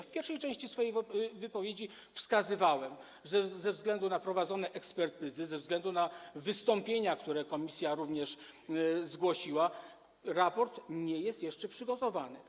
W pierwszej części swojej wypowiedzi wskazywałem, że ze względu na prowadzone ekspertyzy, ze względu na wystąpienia, które komisja również zgłosiła, raport nie jest jeszcze przygotowany.